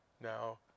Now